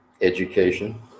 education